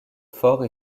fort